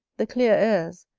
the clear airs,